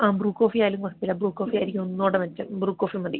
ആ ബ്രൂ കോഫിയായാലും കുഴപ്പമില്ല ബ്രൂ കോഫി ആയിരിക്കും ഒന്ന് കൂടി മെച്ചം ബ്രൂ കോഫി മതി